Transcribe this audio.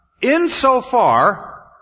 insofar